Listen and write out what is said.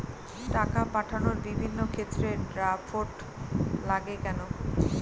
টাকা পাঠানোর বিভিন্ন ক্ষেত্রে ড্রাফট লাগে কেন?